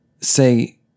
say